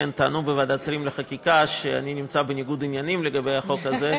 טענו בוועדת השרים לחקיקה שאני נמצא בניגוד עניינים לגבי החוק הזה,